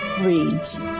reads